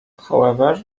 however